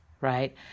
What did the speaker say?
Right